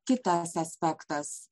kitas aspektas